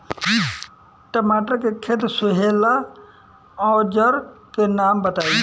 टमाटर के खेत सोहेला औजर के नाम बताई?